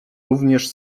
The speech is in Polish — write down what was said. również